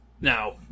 Now